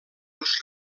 els